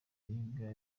ibiribwa